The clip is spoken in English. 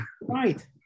Right